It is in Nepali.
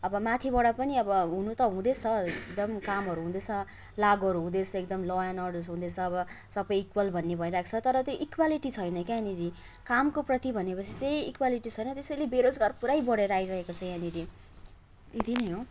अब माथिबाट पनि अब हुनु त हुँदैछ एकदम कामहरू हुँदैछ लागुहरू हुँदैछ एकदम ल एन्ड अर्डर्स हुँदैछ अब सबै इक्वेल भन्ने भइरहेको छ तर त्यो इक्वेलिटी छैन के यहाँनिर कामको प्रति भनेपछि चाहिँ इक्वेलिटी छैन त्यसैले बेरोजगार पुरै बढेर आइरहेको छ यहाँनिर त्यति नै हो